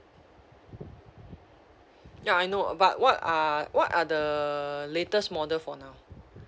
ya I know but what are what are the latest model for now